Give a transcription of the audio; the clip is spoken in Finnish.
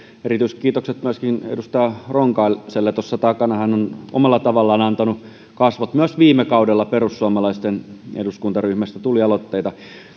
erityiset kiitokset myöskin edustaja ronkaiselle tuossa takana hän on omalla tavallaan antanut tälle kasvot myös viime kaudella perussuomalaisten eduskuntaryhmästä tuli aloitteita